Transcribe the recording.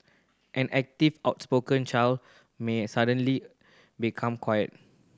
an active outspoken child may suddenly become quiet